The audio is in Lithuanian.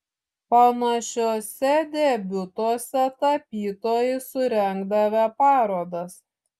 panašiuose debiutuose tapytojai surengdavę parodas